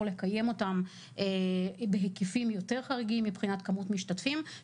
לקיים אותם בהיקפים יותר חריגים מבחינת כמות משתתפים.